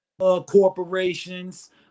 Corporations